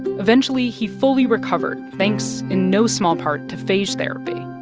eventually, he fully recovered, thanks, in no small part, to phage therapy.